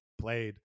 played